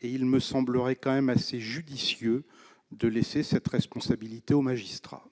et il me semblerait quand même assez judicieux de laisser cette responsabilité aux magistrats.